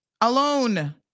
alone